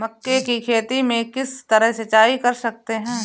मक्के की खेती में किस तरह सिंचाई कर सकते हैं?